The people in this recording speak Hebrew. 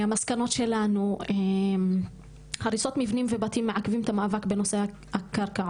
המסקנות שלנו הן: הריסות מבנים ובתים מעכבים את המאבק בנושא הקרקעות,